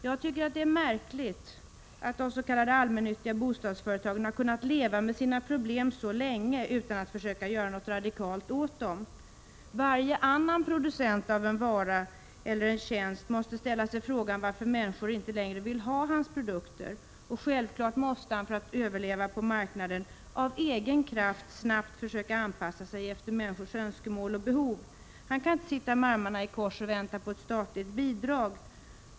Jag tycker att det är märkligt att de s.k. allmännyttiga bostadsföretagen har kunnat leva med sina problem så länge utan att försöka göra något radikalt åt dem. Varje annan producent av en tjänst eller en vara måste ställa sig frågan varför människor inte längre vill ha hans produkter. Och självfallet måste han för att överleva på marknaden av egen kraft snabbt försöka anpassa sig efter människors önskemål och behov. Han kan inte sitta med armarna i kors och vänta på ett statligt bidrag.